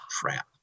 crap